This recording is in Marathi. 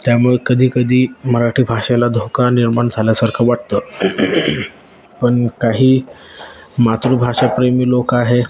त्यामुळे कधीकधी मराठी भाषेला धोका निर्माण झाल्यासारखं वाटतं पण काही मातृभाषाप्रेमी लोक आहे